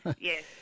yes